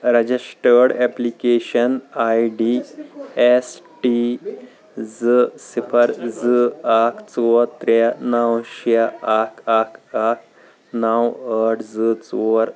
ٲں registered application A D S T زٕ صِفر زٕ اکھ ژور ترٛےٚ نَو شےٚ اَکھ اکھ اکھ نَو ٲٹھ زٕ ژور